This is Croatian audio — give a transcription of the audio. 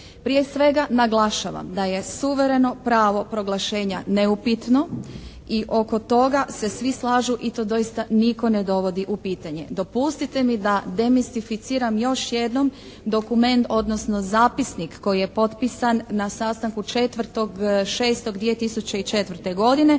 Prije svega naglašavam da je suvereno pravo proglašenja neupitno i oko toga se svi slažu i to doista nitko ne dovodi u pitanje. Dopustite mi da demistificiram još jednom dokument, odnosno zapisnik koji je potpisan na sastanku 4.6.2004. godine